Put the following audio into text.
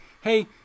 hey